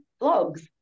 blogs